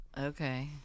Okay